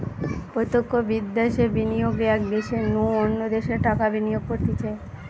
প্রত্যক্ষ বিদ্যাশে বিনিয়োগ এক দ্যাশের নু অন্য দ্যাশে টাকা বিনিয়োগ করতিছে